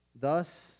thus